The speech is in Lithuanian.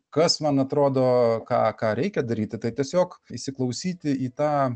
kas man atrodo ką ką reikia daryti tai tiesiog įsiklausyti į tą